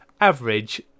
average